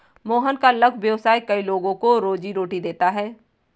मोहन का लघु व्यवसाय कई लोगों को रोजीरोटी देता है